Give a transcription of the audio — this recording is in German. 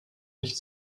nicht